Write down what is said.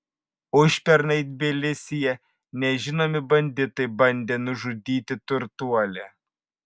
užpernai tbilisyje nežinomi banditai bandė nužudyti turtuolį